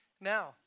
Now